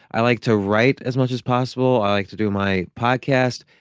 i like to write as much as possible. i like to do my podcast.